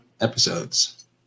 episodes